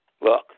Look